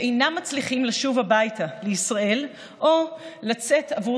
שאינם מצליחים לשוב הביתה לישראל או לצאת עבור